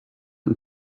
und